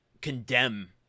condemn